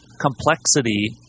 Complexity